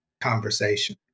conversation